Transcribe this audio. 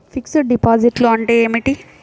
Fixed డిపాజిట్లు అంటే ఏమిటి?